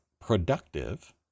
productive